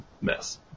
mess